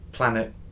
planet